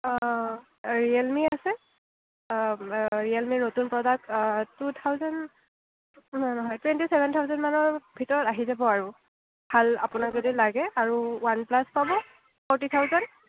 অঁ ৰিয়েলমি আছে অঁঁ অঁ ৰিয়েলমিৰ নতুন প্ৰডাক্ট টু থাউজেণ্ড নহয় নহয় টুৱেণ্টি ছেভেন থাউজেণ্ডমানৰ ভিতৰত আহি যাব আৰু ভাল আপোনাক যদি লাগে আৰু ওৱান প্লাছ পাব ফ'ৰ্টি থাউজেণ্ড